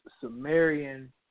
Sumerian